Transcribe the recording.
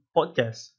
Podcast